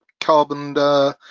carbon